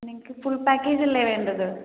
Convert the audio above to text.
നിങ്ങൾക്ക് ഫുൾ പാക്കേജല്ലെ വേണ്ടത്